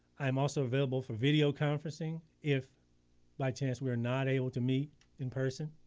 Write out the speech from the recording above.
i am also available for video conferencing if by chance we are not able to meet in person,